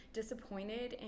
disappointed